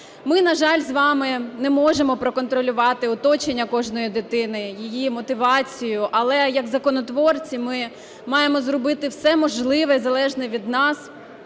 Ми, на жаль, з вами не можемо проконтролювати оточення кожної дитини, її мотивацію. Але як законотворці ми маємо зробити все можливе і залежне від нас